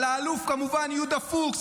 על האלוף יהודה פוקס,